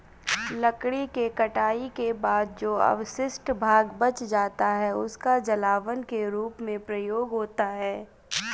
लकड़ी के कटाई के बाद जो अवशिष्ट भाग बच जाता है, उसका जलावन के रूप में प्रयोग होता है